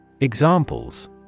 Examples